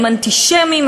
הם אנטישמים,